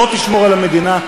בוא תשמור על המדינה,